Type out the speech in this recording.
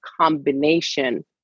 combination